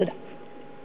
תודה.